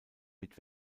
mit